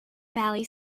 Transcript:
valley